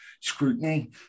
scrutiny